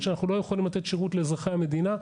שבתנאים הקיימים אנחנו לא יכולים לתת שירות לאזרחי המדינה.